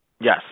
Yes